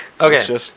Okay